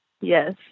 yes